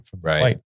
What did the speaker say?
Right